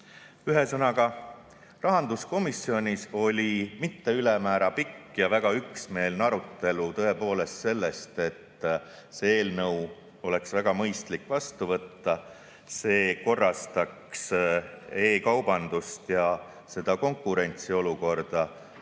Ühesõnaga, rahanduskomisjonis oli mitte ülemäära pikk ja väga üksmeelne arutelu. Tõepoolest, see eelnõu oleks väga mõistlik vastu võtta. See korrastaks e‑kaubandust ja seda konkurentsiolukorda